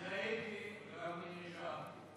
אני הייתי וגם אני נשארתי.